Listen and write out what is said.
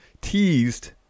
teased